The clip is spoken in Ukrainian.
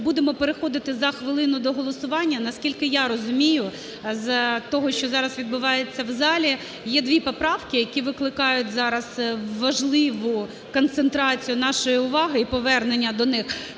будемо переходити за хвилину до голосування. Наскільки я розумію з того, що зараз відбувається в залі, є дві поправки, які викликають зараз важливу концентрацію нашої уваги і повернення до них,